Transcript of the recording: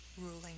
ruling